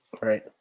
Right